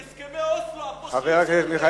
אני אשמח שיעמידו אותך לדין עם הסכמי אוסלו הפושעים שלכם.